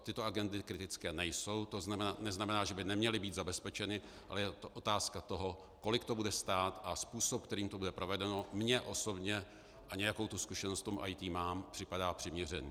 Tyto agendy kritické nejsou, to neznamená, že by neměly být zabezpečeny, ale je to otázka toho, kolik to bude stát, a způsob, kterým to bude provedeno, mně osobně, a nějakou zkušenost v IT mám, připadá přiměřený.